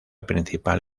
principal